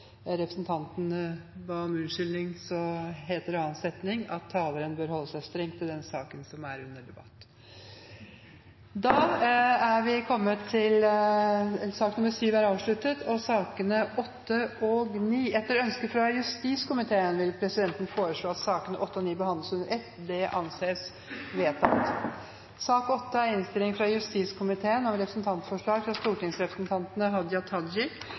representanten ba om unnskyldning, heter det der: «Taleren bør holde seg strengt til den saken som er under debatt.» Flere har ikke bedt om ordet til sak nr. 7. Etter ønske fra justiskomiteen vil presidenten foreslå at sakene nr. 8 og 9 behandles under ett. – Det anses vedtatt. Etter ønske fra justiskomiteen